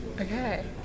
Okay